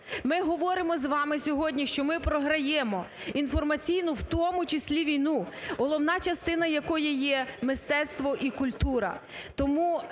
Ми говоримо з вами сьогодні, що ми програємо інформаційну, у тому числі, війну, головна частина якої є мистецтво і культура.